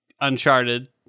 Uncharted